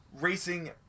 racing